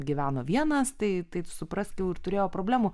gyveno vienas tai tai suprask jau ir turėjo problemų